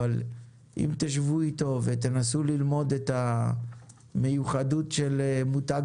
אבל אם תשבו איתו ותנסו ללמוד את המיוחדות של מותג